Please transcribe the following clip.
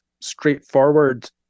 straightforward